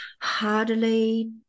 hardly